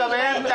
גיא גולדמן,